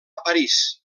parís